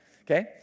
Okay